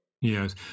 Yes